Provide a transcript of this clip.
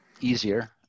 easier